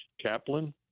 Kaplan